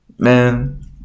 Man